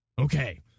Okay